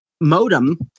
modem